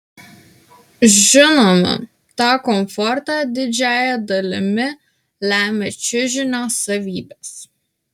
žinoma tą komfortą didžiąja dalimi lemia čiužinio savybės